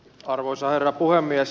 arvoisa herra puhemies